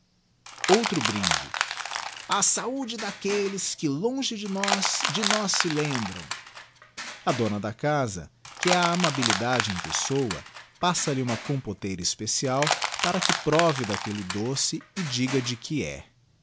outro brinde a saúde daquelles que longe de nós de nós se lembram a dona da casa que é a amabilidade em pessoa passa-lhe uma compoteira especial para que prove daquelle doce e diga de que é